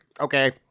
Okay